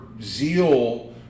zeal